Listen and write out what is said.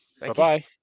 Bye-bye